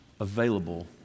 available